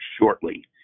shortly